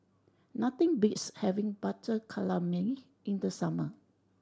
nothing beats having Butter Calamari in the summer